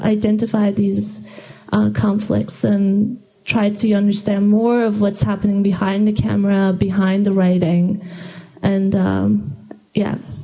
identify these conflicts and try to understand more of what's happening behind the camera behind the writing and yeah